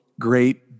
Great